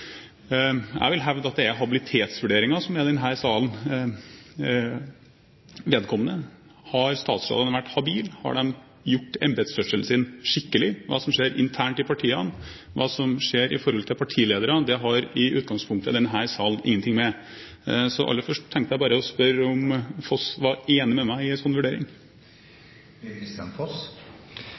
Jeg vil hevde at det er habilitetsvurderinger som er denne salen vedkommende. Har statsrådene vært habile? Har de gjort embetsførselen sin skikkelig? Hva som skjer internt i partiene, hva som skjer i forhold til partilederne, har i utgangspunktet denne salen ingenting med. Så aller først tenkte jeg bare å spørre om Foss var enig med meg i en sånn